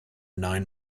nine